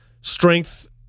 strength